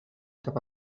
cap